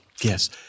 Yes